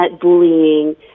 bullying